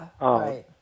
right